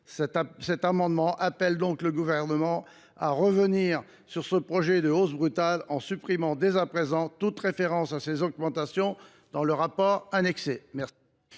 cet amendement appellent le Gouvernement à revenir sur ce projet de hausse brutale, en supprimant dès à présent toute référence à ces augmentations dans le rapport annexé.